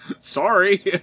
Sorry